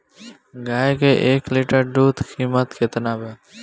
गाय के एक लीटर दूध कीमत केतना बा?